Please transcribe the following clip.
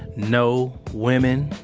no women.